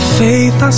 faith